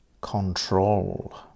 Control